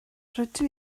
rydw